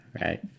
right